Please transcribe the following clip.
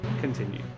Continue